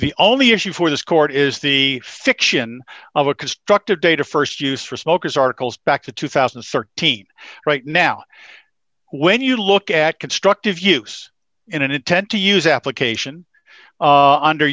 the only issue for this court is the fiction of a constructive data st use for smokers articles back to two thousand and thirteen right now when you look at constructive use in an intent to use application under